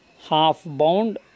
Half-bound